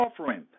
offering